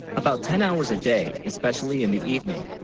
about ten hours a day especially in the evening